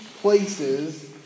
places